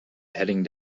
heading